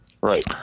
Right